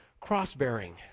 cross-bearing